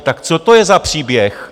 Tak co to je za příběh?